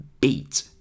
beat